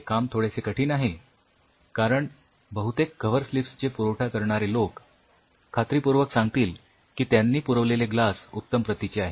हे काम थोडेसे कठीण आहे कारण बहुतेक कव्हरस्लिप्सचे पुरवठा करणारे लोक खात्रीपूर्वक सांगतील की त्यांनी पुरविलेले ग्लास उत्तम प्रतीचे आहे